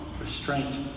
restraint